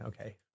Okay